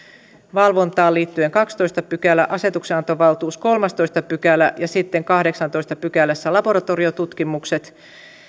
valvontaan liittyen on kahdestoista pykälä asetuksenantovaltuus on kolmastoista pykälä ja sitten kahdeksannessatoista pykälässä laboratoriotutkimukset